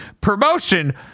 promotion